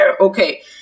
Okay